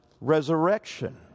resurrection